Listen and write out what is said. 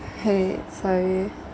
!hey! sorry